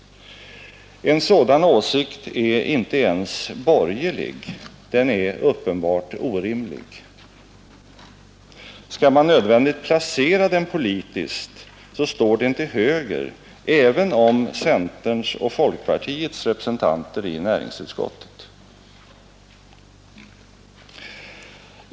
En sådan åsikt är inte ens borgerlig, den är uppenbart orimlig. Skall man nödvändigt placera den politiskt så står den till höger om även centerns och folkpartiets representanter i näringsutskottet.